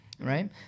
Right